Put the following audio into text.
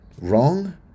wrong